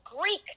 Greek